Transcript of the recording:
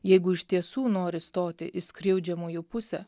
jeigu iš tiesų nori stoti į skriaudžiamųjų pusę